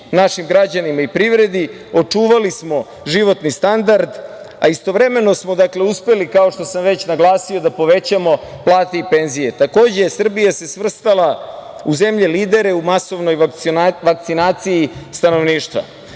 našim građanima i privredi, očuvali smo životni standard, a istovremeno smo uspeli, kao što sam već naglasio, da povećamo plate i penzije. Takođe, Srbija se svrstala u zemlje lidere u masovnoj vakcinaciji stanovništva. Zadatak